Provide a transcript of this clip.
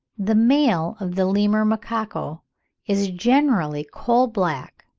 the male of the lemur macaco is generally coal-black,